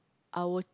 I would